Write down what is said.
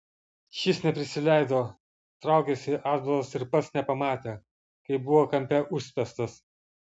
šis neprisileido traukėsi atbulas ir pats nepamatė kaip buvo kampe užspęstas